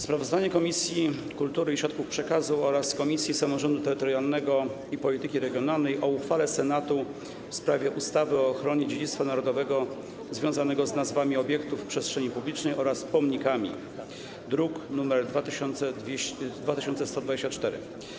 Sprawozdanie Komisji Kultury i Środków Przekazu oraz Komisji Samorządu Terytorialnego i Polityki Regionalnej o uchwale Senatu w sprawie ustawy o ochronie dziedzictwa narodowego związanego z nazwami obiektów przestrzeni publicznej oraz pomnikami, druk nr 2124.